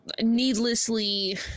needlessly